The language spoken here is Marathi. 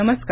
नमस्कार